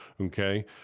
okay